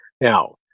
Now